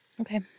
Okay